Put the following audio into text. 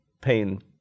pain